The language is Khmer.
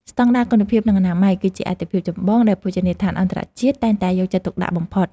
ស្តង់ដារគុណភាពនិងអនាម័យ គឺជាអាទិភាពចម្បងដែលភោជនីយដ្ឋានអន្តរជាតិតែងតែយកចិត្តទុកដាក់បំផុត។